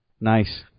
Nice